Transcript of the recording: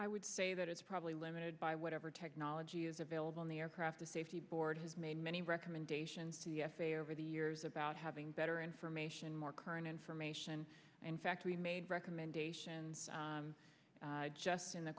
i would say that it's probably limited by whatever technology is available in the aircraft the safety board has made many recommendations c f a over the years about having better information more current information and fact we made recommendations just in the